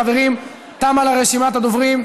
חברים, תמה לה רשימה הדוברים.